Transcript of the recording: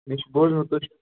مےٚ چھُ بوٗزمُت تُہۍ چھُو